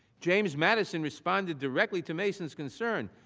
james madison responded directly to masons concerns.